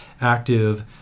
active